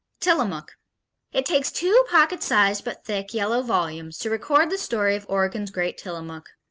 tillamook it takes two pocket-sized, but thick, yellow volumes to record the story of oregon's great tillamook.